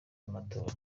y’amatora